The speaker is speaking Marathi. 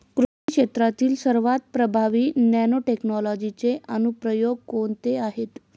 कृषी क्षेत्रातील सर्वात प्रभावी नॅनोटेक्नॉलॉजीचे अनुप्रयोग कोणते आहेत?